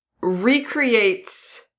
recreates